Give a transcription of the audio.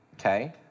okay